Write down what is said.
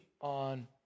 on